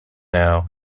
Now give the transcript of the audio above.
now